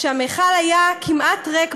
שהמכל היה כמעט ריק,